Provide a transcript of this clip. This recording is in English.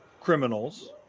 criminals